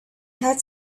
had